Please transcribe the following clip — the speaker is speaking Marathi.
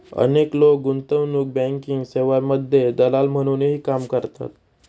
अनेक लोक गुंतवणूक बँकिंग सेवांमध्ये दलाल म्हणूनही काम करतात